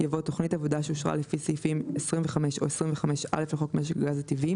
יבוא "תכנית עבודה שאושרה לפי סעיפים 25 או 25א לחוק משק הגז הטבעי